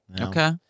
Okay